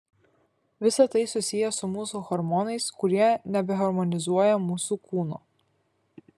visa tai susiję su mūsų hormonais kurie nebeharmonizuoja mūsų kūno